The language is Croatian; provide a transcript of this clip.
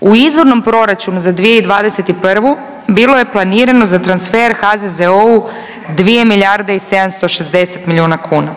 U izvornom proračunu za 2021. bilo je planirano za transfer HZZO-u 2 milijarde i 760 milijuna kuna.